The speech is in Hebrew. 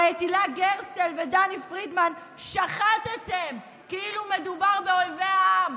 הרי את הילה גרסטל ודני פרידמן שחטתם כאילו מדובר באויבי העם,